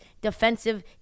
defensive